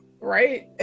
Right